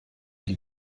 die